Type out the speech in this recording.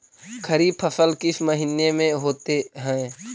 खरिफ फसल किस महीने में होते हैं?